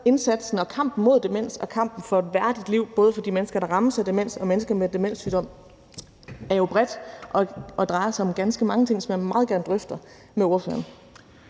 indsatsen og kampen mod demens kampen for et værdigt liv for de mennesker, der rammes af demens; og gruppen af mennesker med demenssygdom er jo bred og drejer sig om ganske mange ting, som jeg meget gerne drøfter med ordføreren.